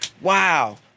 Wow